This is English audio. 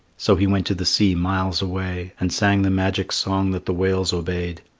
so he went to the sea, miles away, and sang the magic song that the whales obeyed.